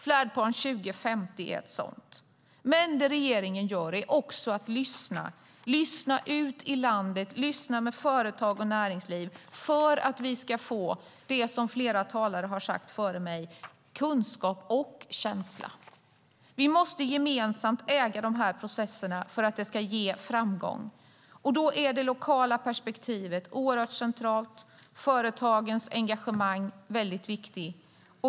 Färdplan 2050 är ett sådant. Men det regeringen gör är också att lyssna. Man lyssnar utåt i landet hos företag och i näringsliv för att få det som flera talare har sagt här före mig, nämligen kunskap och känsla. Vi måste gemensamt äga de här processerna för att de ska ge framgång. Då är det lokala perspektivet oerhört centralt och företagens engagemang väldigt viktigt.